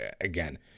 again